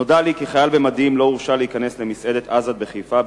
נודע לי כי חייל במדים לא הורשה להיכנס למסעדת Azad בחיפה,